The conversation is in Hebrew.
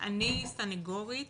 סניגורית